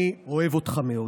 אני אוהב אותך מאוד.